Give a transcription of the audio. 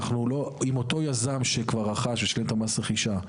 אם אותו יזם שכבר רכש ושילם את מס הרכישה,